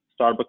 Starbucks